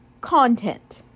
Content